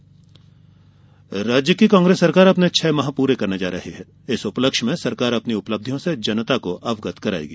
कांग्रेस उपलब्धि राज्य की कांग्रेस सरकार अपने छह माह पूरे करने जा रही है इस उपलक्ष्य में सरकार अपनी उपलब्धियां से जनता को अवगत कराएगी